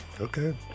Okay